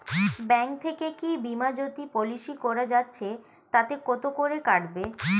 Bank থেকে কী বিমাজোতি পলিসি করা যাচ্ছে তাতে কত করে কাটবে?